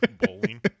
bowling